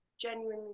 genuinely